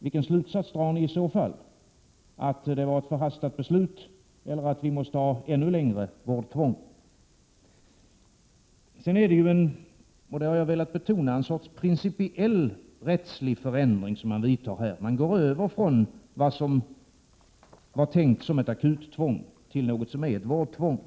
Vilken slutsats drar ni i så fall — att detta var ett förhastat beslut eller att vi måste ha ännu längre vårdtvång? Jag har velat betona att man här vidtar en sorts principiell rättslig förändring. Man går över från vad som var tänkt som ett akuttvång till ett vårdtvång.